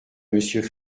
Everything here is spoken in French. monsieur